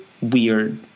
weird